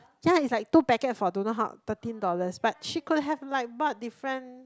so it's like two packet for don't know how thirteen dollars but she could have like bought different